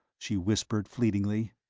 she whispered, fleetingly.